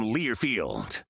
Learfield